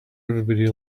everybody